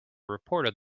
reported